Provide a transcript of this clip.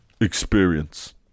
Experience